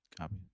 Copy